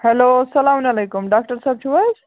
hello اسلام علیکُم doctor صٲب چھُو حظ